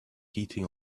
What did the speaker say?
heating